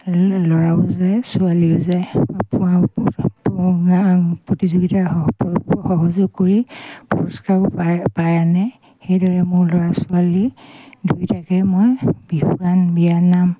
ল'ৰাও যায় ছোৱালীও যায় প্ৰতিযোগিতা সহযোগ কৰি পুৰস্কাৰো পায় পাই আনে সেইদৰে মোৰ ল'ৰা ছোৱালী দুয়োটাকে মই বিহুগান বিয়ানাম